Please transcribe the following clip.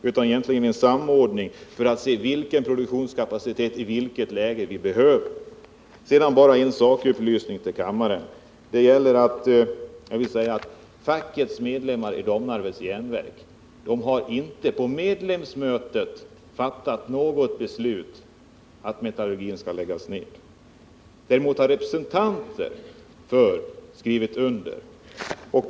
Det behövs en samordning för att se vilken produktionskapacitet vi behöver i vilket läge. Sedan bara en sakupplysning till kammaren. Fackets medlemmar i Domnarvets Jernverk har inte på medlemsmöte fattat beslut om att metallurgin skall läggas ned. Däremot har representanter för facket skrivit under ett sådant beslut.